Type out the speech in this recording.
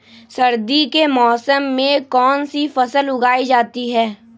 सर्दी के मौसम में कौन सी फसल उगाई जाती है?